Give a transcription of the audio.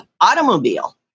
automobile